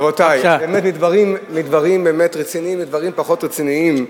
רבותי, מדברים רציניים לדברים פחות רציניים,